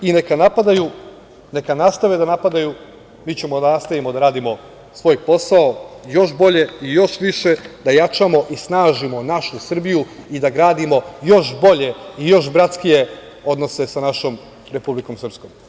Neka napadaju, neka nastave da napadaju, mi ćemo da nastavimo da radimo svoj posao još bolje i još više, da jačamo i snažimo našu Srbiju i da gradimo još bolje i još bratskije odnose sa našom Republikom Srpskom.